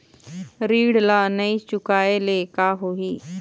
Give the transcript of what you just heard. ऋण ला नई चुकाए ले का होही?